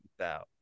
out